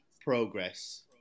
progress